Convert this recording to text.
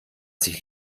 sich